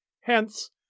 Hence